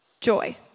joy